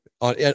on